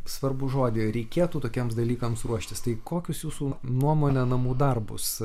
svarbų žodį reikėtų tokiems dalykams ruoštis tai kokius jūsų nuomone namų darbus